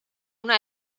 una